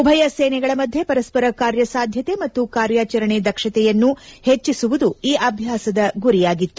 ಉಭಯ ಸೇನೆಗಳ ಮಧ್ಯೆ ಪರಸ್ಪರ ಕಾರ್ಯಸಾಧ್ಯತೆ ಮತ್ತು ಕಾರ್ಯಾಚರಣೆ ದಕ್ಷತೆಯನ್ನು ಹೆಚ್ಚಿಸುವುದು ಈ ಅಭ್ಯಾಸದ ಗುರಿಯಾಗಿತ್ತು